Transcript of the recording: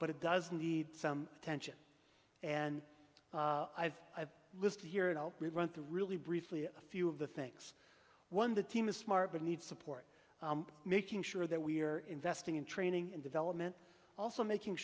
but it does need some attention and i have a list here and i'll run through really briefly a few of the things one the team is smart but need support making sure that we're investing in training and development also making